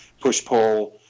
push-pull